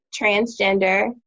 transgender